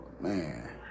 Man